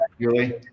Julie